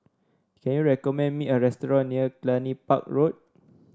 can you recommend me a restaurant near Cluny Park Road